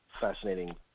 fascinating